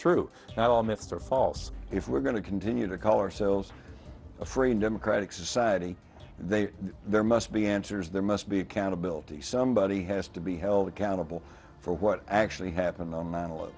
are false if we're going to continue to call ourselves a free and democratic society there there must be answers there must be accountability somebody has to be held accountable for what actually happened on nine eleven